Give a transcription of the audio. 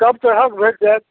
सब तरहक भेटि जाएत